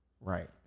Right